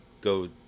go